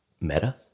Meta